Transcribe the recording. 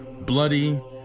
bloody